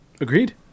Agreed